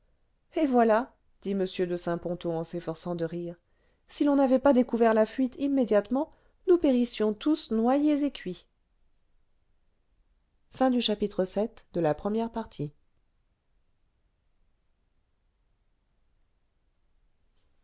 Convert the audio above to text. et voilà dit m de saint ponto en s'efforçant de rire si l'on n'avait pas découvert la fuite immédiatement nous périssions tous noyés et cuits